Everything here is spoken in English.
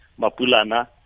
Mapulana